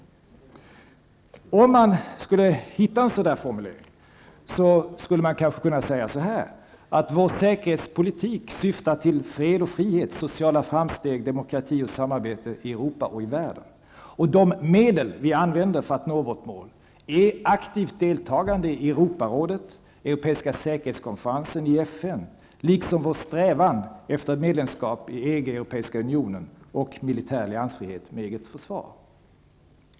Om man hittade en sådan formulering skulle man kanske kunna säga så, att vår säkerhetspolitik syftar till fred, frihet, sociala framsteg, demokrati och samarbete i Europa och i världen. De medel som vi använder för att nå vårt mål är aktivt deltagande i FN, liksom vår strävan efter ett medlemskap i EG, den Europeiska unionen, och militär alliansfrihet med eget försvar.